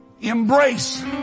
Embrace